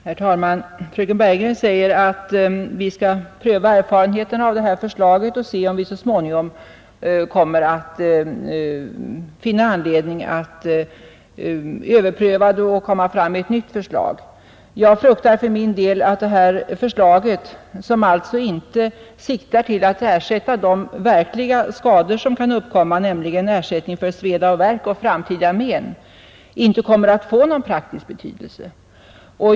Herr talman! Fröken Bergegren säger att vi skall avvakta erfarenheterna av det här förslaget för att se om vi så småningom kan finna anledning att överpröva förslaget och framlägga ett nytt förslag. För min del fruktar jag att dagens förslag, som alltså inte siktar till att ersätta de verkliga skador som kan uppkomma — sveda och värk samt framtida men — inte kommer att få någon praktisk betydelse.